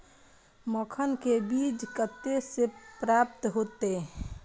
मखान के बीज कते से प्राप्त हैते?